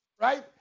right